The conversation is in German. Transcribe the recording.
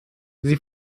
sie